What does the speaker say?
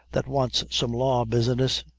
that wants some law business.